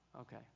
Okay